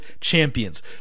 Champions